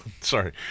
sorry